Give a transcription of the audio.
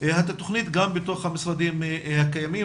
את התוכנית גם בתוך המשרדים הקיימים,